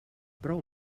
prou